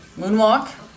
Moonwalk